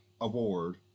award